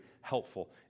helpful